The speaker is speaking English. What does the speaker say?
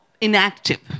inactive